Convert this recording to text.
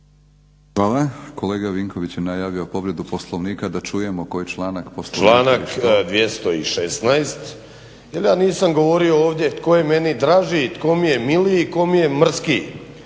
Hvala. Kolega Vinković je najavio povredu Poslovnika da čujemo koji članak Poslovnika. **Vinković, Zoran (HDSSB)** Članak 216.jel ja nisam govorio ovdje tko je meni draži i tko mi je miliji i tko mi je mrskiji.